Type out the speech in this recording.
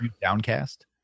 downcast